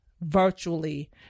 virtually